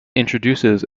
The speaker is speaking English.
introduces